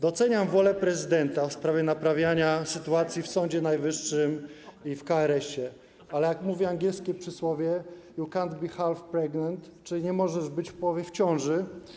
Doceniam wolę prezydenta w sprawie naprawiania sytuacji w Sądzie Najwyższym i w KRS, ale jak mówi angielskie przysłowie you can’t be half pregnant, czyli nie możesz być w połowie w ciąży.